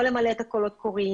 לא כדי למלא את הקולות הקוראים,